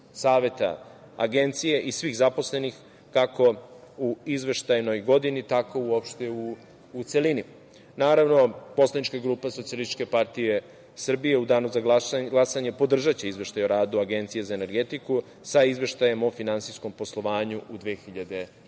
Saveta Agencije i svih zaposlenih kako u izveštajnoj godini, tako uopšte u celini. Naravno, poslanička grupa SPS u danu za glasanje podržaće Izveštaj o radu Agencije za energetiku sa Izveštajem o finansijskom poslovanju u 2019.